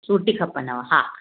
सूटी खपनव हा